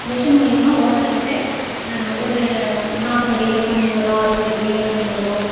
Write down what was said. machine மூலிமா ஓட்டை போட்டு ஒரு நாற்பது அடியில் தண்ணி வரும் அறுபது அடியில் தண்ணி வரும்